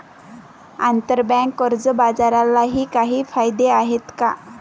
आंतरबँक कर्ज बाजारालाही काही कायदे आहेत का?